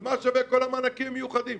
מה שווים כל המענקים המיוחדים?